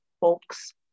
folks